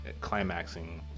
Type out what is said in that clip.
climaxing